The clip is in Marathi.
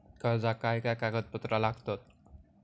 कर्जाक काय काय कागदपत्रा लागतत?